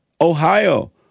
Ohio